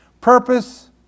purpose